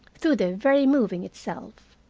through the very moving itself.